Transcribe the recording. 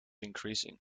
increasing